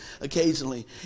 occasionally